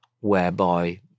whereby